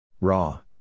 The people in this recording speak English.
Raw